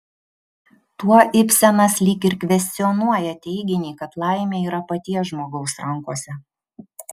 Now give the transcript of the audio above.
tuo ibsenas lyg ir kvestionuoja teiginį kad laimė yra paties žmogaus rankose